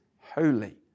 holy